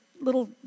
Little